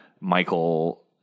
Michael